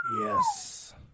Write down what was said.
Yes